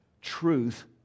Truth